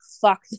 fuck